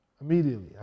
Immediately